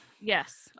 yes